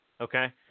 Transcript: Okay